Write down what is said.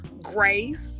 grace